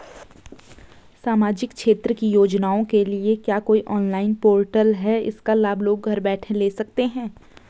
सामाजिक क्षेत्र की योजनाओं के लिए क्या कोई ऑनलाइन पोर्टल है इसका लाभ लोग घर बैठे ले सकते हैं?